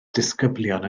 disgyblion